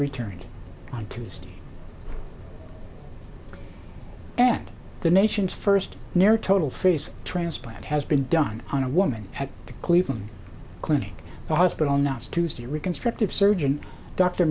returned on tuesday and the nation's first near total face transplant has been done on a woman at the cleveland clinic the hospital now is tuesday reconstructive surgeon dr